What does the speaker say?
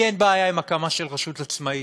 לי אין בעיה עם הקמה של רשות עצמאית.